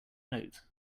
note